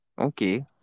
Okay